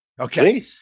Okay